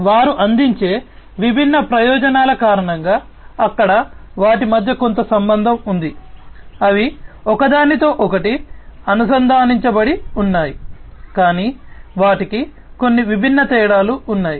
వారు అందించే విభిన్న ప్రయోజనాల కారణంగా అక్కడ వాటి మధ్య కొంత సంబంధం ఉంది అవి ఒకదానితో ఒకటి అనుసంధానించబడి ఉన్నాయి కానీ వాటికి కొన్ని విభిన్న తేడాలు ఉన్నాయి